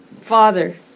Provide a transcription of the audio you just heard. Father